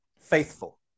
faithful